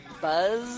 Buzz